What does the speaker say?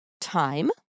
Time